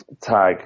tag